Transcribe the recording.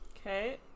okay